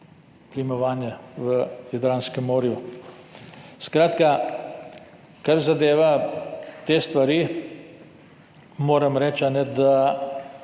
v Jadranskem morju. Skratka, kar zadeva te stvari, moram reči, da